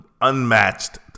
unmatched